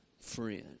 friend